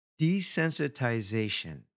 desensitization